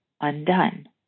undone